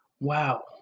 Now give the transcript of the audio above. Wow